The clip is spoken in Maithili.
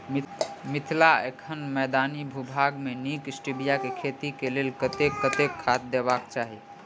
मिथिला एखन मैदानी भूभाग मे नीक स्टीबिया केँ खेती केँ लेल कतेक कतेक खाद देबाक चाहि?